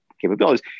capabilities